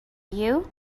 you